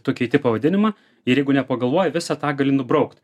tu keiti pavadinimą ir jeigu nepagalvoji visą tą gali nubraukt